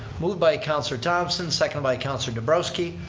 moved by councilor thomson, seconded by councilor nabrowksi.